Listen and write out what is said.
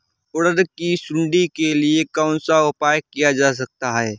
उड़द की सुंडी के लिए कौन सा उपाय किया जा सकता है?